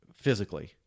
physically